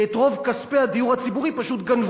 כי את רוב כספי הדיור הציבורי פשוט גנבו.